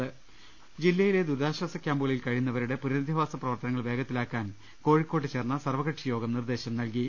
ൃ ജില്ലയിലെ ദുരിതാശ്വാസ ക്യാമ്പുകളിൽ കഴിയുന്നവരുടെ പുന രധിവാസ പ്രവർത്തനങ്ങൾ വേഗത്തിലാക്കാൻ കോഴിക്കോട് ചേർന്ന സർവ്വകക്ഷി യോഗം നിർദ്ദേശം നൽകി